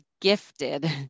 gifted